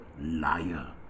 liar